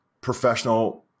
professional